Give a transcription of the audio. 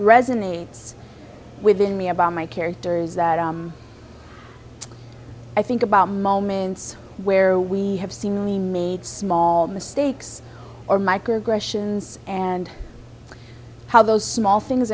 resonates within me about my characters that i think about moments where we have seemingly made small mistakes or microaggression and how those small things